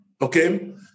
okay